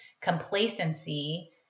complacency